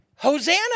Hosanna